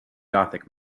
gothic